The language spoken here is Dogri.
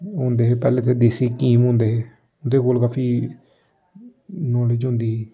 होंदे हे पैह्लें इत्थै देसी क्हीम होंदे हे उं'दे कोल गै फ्ही नालेज होंदी ही